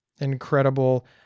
Incredible